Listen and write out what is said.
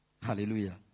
Hallelujah